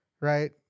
right